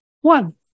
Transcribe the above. One